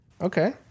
okay